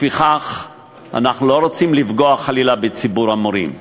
אנחנו לא רוצים לפגוע חלילה בציבור המורים,